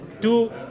two